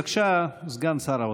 בבקשה, סגן שר האוצר.